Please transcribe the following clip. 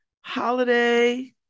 holiday